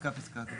פסקה פסקה.